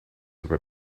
were